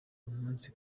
umunsi